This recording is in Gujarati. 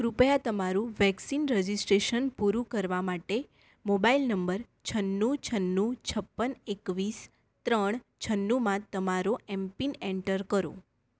કૃપયા તમારું વેક્સિન રજિસ્ટ્રેશન પૂરું કરવા માટે મોબાઈલ નંબર છન્નું છન્નું છપ્પન એકવીસ ત્રણ છન્નુમાં તમારો એમપિન એન્ટર કરો